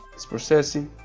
its processing